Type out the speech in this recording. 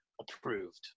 approved